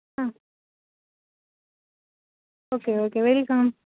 હા okay okay welcome